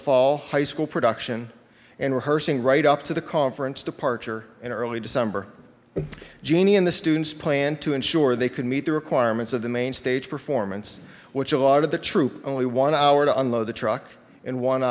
fall high school production and rehearsing right up to the conference departure in early december jeannie and the students plan to ensure they could meet the requirements of the main stage performance which a lot of the troop only one hour to unload the truck in one